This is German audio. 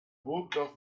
burgdorf